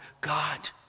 God